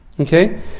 Okay